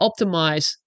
optimize